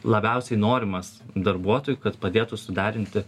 labiausiai norimas darbuotojų kad padėtų suderinti